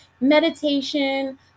meditation